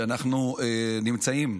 שאנחנו נמצאים,